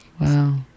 Wow